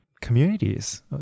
communities